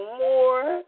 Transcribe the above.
more